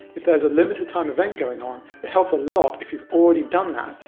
if there's a limited time event going on, it helps a lot if you've already done that,